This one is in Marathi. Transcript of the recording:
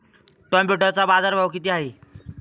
टोमॅटोचा बाजारभाव किती आहे?